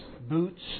boots